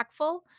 impactful